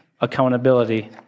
accountability